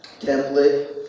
template